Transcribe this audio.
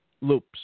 Loops